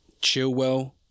Chillwell